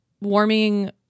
warming